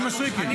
מסכימה.